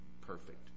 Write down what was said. perfect